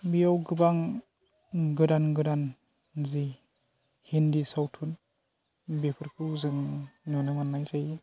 बियाव गोबां गोदान गोदान जे हिन्दी सावथुन बेफोरखौ जों नुनो मोननाय जायो